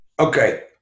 Okay